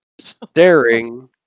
staring